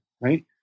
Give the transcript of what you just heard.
Right